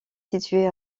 situé